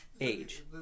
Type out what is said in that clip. age